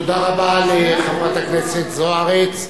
תודה רבה לחברת הכנסת זוארץ.